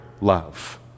love